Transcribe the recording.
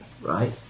Right